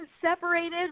separated